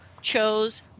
chose